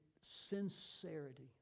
sincerity